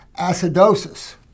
Acidosis